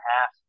half